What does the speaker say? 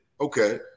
Okay